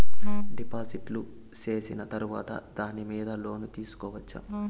డిపాజిట్లు సేసిన తర్వాత దాని మీద లోను తీసుకోవచ్చా?